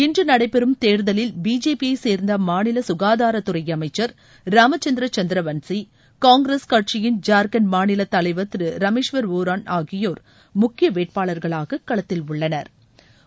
இன்று நடைபெறும் தேர்தலில் பிஜேபி யைச் சேர்ந்த அம்மாநில ககாதாராத் துறை அமைச்சர் இராமச்சந்திர சந்திரவன்சி காங்கிரஸ் கட்சியின் ஜார்க்கன்ட் மாநில தலைவர் திரு ரமேஷ்வர் ஒரான் ஆகியோர் முக்கிய வேட்பாளர்களாக களத்தில் உள்ளனா்